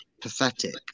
pathetic